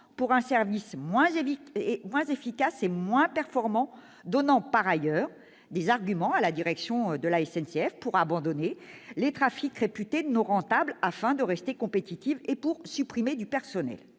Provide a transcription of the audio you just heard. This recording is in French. pour un service moins efficace et moins performant, ce qui a donné des arguments à la direction de la SNCF pour abandonner les trafics réputés non rentables et rester compétitive et pour supprimer du personnel.